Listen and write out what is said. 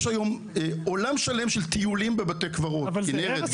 יש היום עולם שלם של טיולים בבתי קברות כינרת,